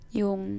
yung